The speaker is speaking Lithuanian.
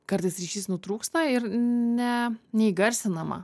kartais ryšys nutrūksta ir ne neįgarsinama